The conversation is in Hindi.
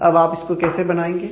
अब आप इसको कैसे बनाएंगे